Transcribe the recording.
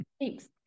Thanks